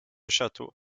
château